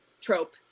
trope